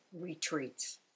retreats